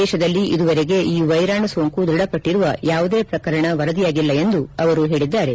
ದೇಶದಲ್ಲಿ ಇದುವರೆಗೆ ಈ ವೈರಾಣು ಸೋಂಕು ದೃಢಪಟ್ಟಿರುವ ಯಾವುದೇ ಪ್ರಕರಣ ವರದಿಯಾಗಿಲ್ಲ ಎಂದು ಅವರು ಹೇಳಿದ್ದಾರೆ